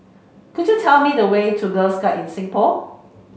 could you tell me the way to Girl Guides Singapore